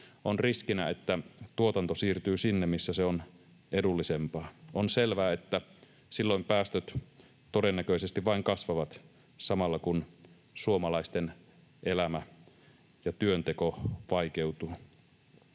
on riskinä, että tuotanto siirtyy sinne, missä se on edullisempaa. On selvää, että silloin päästöt todennäköisesti vain kasvavat samalla, kun suomalaisten elämä ja työnteko vaikeutuu.